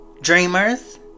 dreamers